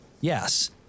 Yes